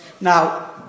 Now